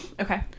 Okay